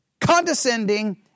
condescending